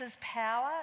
power